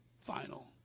final